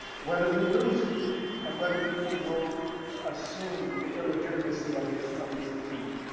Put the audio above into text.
whether he loses and whether people will assume the illegitimacy of his, of his defeat.